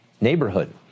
Neighborhood